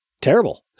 Terrible